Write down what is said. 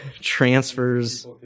transfers